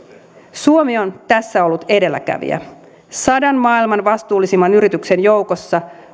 suomi on tässä ollut edelläkävijä sadan maailman vastuullisimman yrityksen joukossa